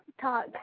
talk